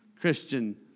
Christian